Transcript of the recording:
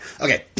Okay